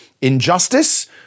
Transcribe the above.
injustice